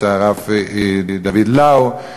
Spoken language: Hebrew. את הרב דוד לאו,